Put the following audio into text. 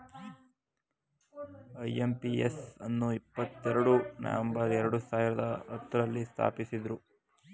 IMPS ಅನ್ನು ಇಪ್ಪತ್ತೆರಡು November ಎರಡು ಸಾವಿರದ ಹತ್ತುರಲ್ಲಿ ಸ್ಥಾಪಿಸಿದ್ದ್ರು